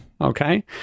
Okay